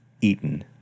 eaten